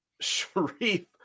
Sharif